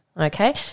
okay